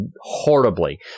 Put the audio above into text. horribly